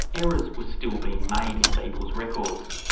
errors were still being made in people's records.